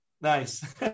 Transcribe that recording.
Nice